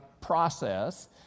process